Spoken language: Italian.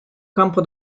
campo